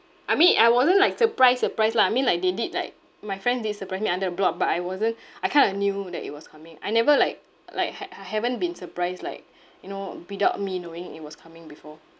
I mean I wasn't like surprise surprise lah I mean like they did like my friend did surprise me under the block but I wasn't I kind of knew that it was coming I never like like had I haven't been surprised like you know without me knowing it was coming before